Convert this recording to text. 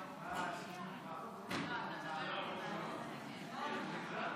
הנושא לוועדה לא נתקבלה.